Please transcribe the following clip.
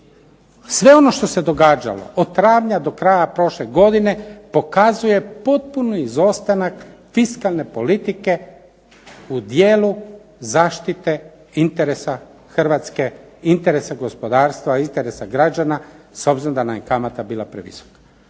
sve ono što se događalo od travnja do kraja prošle godine pokazuje potpuni izostanak fiskalne politike u dijelu zaštite interesa Hrvatske, interesa gospodarstva, interesa građana, s obzirom da nam je kamata bila previsoka.